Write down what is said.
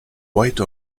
white